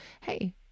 hey